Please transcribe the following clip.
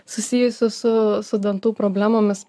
susijusių su su dantų problemomis